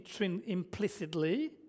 implicitly